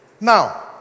Now